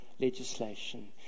legislation